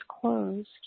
closed